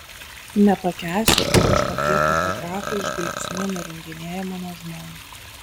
nepakęsiu kai kažkokie fotografai žvilgsniu nurenginėja mano žmoną